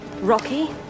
Rocky